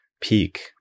peak